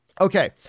Okay